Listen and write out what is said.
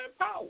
power